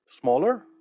Smaller